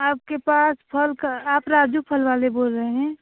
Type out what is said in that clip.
आपके पास फल का आप राजू फल वाले बोल रहे हैं